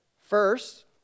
First